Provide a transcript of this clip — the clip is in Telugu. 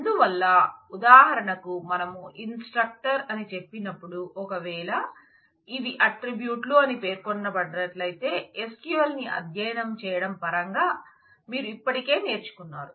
అందువల్ల ఉదాహరణకు మనం ఇన్స్ట్రక్టర్ అని చెప్పినప్పుడు ఒకవేళ ఇవి అట్ట్రిబ్యూట్లు అని పేర్కొన్నట్లయితే SQL ని అధ్యయనం చేయడం పరంగా మీరు ఇప్పటికే నేర్చుకున్నారు